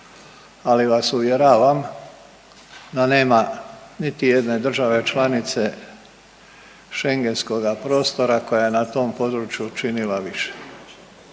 ali vas uvjeravam da nema niti jedne države članice Schengenskoga prostora koja je na tom području učinila više.